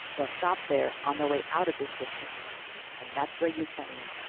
they'll stop there on the way out of this system and that's where you come in.